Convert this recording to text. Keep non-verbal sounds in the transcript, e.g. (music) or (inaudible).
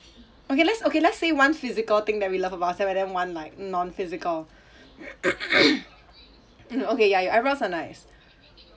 okay let's okay let's say one physical thing that we love about ourself and then one like non physical (coughs) um okay ya ya your eyebrows are nice